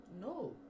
No